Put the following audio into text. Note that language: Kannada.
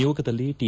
ನಿಯೋಗದಲ್ಲಿ ಟಿ